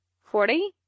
Forty